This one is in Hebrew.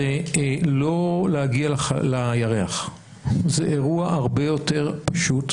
זה לא להגיע לירח, זה אירוע הרבה יותר פשוט.